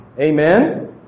Amen